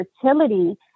fertility